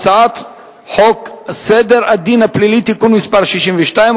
הצעת חוק סדר הדין הפלילי (תיקון מס' 62,